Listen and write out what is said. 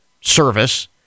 service